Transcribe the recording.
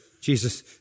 Jesus